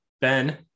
ben